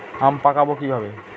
আম পাকাবো কিভাবে?